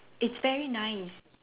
it's very nice